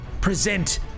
present